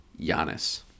Giannis